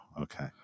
Okay